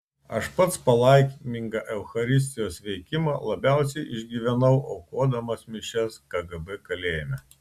aš pats palaimingą eucharistijos veikimą labiausiai išgyvenau aukodamas mišias kgb kalėjime